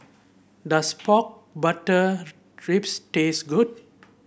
does pork butter ribs taste good